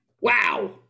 Wow